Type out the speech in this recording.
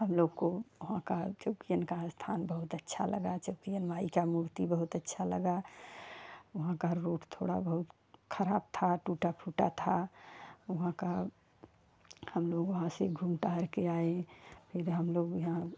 हम लोग को वहाँ का चौकियन का स्थान बहुत अच्छा लगा चौकियन माई का मूर्ति बहुत अच्छा लगा वहाँ का रोड थोड़ा बहुत खराब था टूटा फूटा था वहाँ का हम लोग यहाँ घूम टहल के आए फिर हम लोग यहाँ